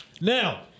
Now